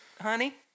Honey